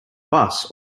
bus